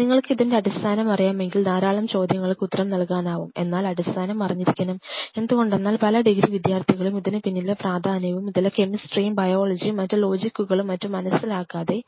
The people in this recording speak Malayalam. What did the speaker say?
നിങ്ങൾക്ക് ഇതിൻറെ അടിസ്ഥാനമറിയാമെങ്കിൽ ധാരാളം ചോദ്യങ്ങൾക്ക് ഉത്തരം നൽകാനാവും എന്നാൽ അടിസ്ഥാനം അറിഞ്ഞിരിക്കണം എന്തുകൊണ്ടെന്നാൽ പല ഡിഗ്രി വിദ്യാർഥികളും ഇതിനുപിന്നിലെ പ്രാധാന്യവും അതിലെ കെമിസ്ട്രിയും ബയോളജിയും മറ്റു ലോജിക്കുക്കളും മറ്റും മനസ്സിലാക്കാതെ